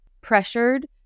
pressured